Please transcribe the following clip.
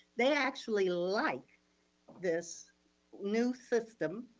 they actually like this new system,